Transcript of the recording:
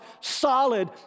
solid